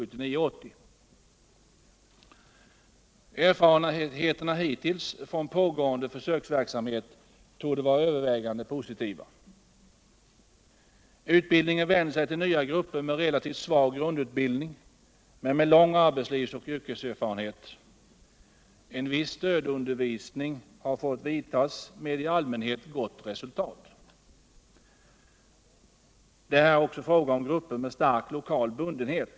De hittills gjorda erfarenheterna från pågående försöksverksamhet torde vara övervägande positiva. Utbildningen vänder sig till nya grupper med relativt svag grundutbildning men med lång arbetslivs och yrkeserfarenhet. En viss stödundervisning har fått lämnas med i allmänhet gott resultat. Det är här också fråga om grupper med stark lokal bundenhet.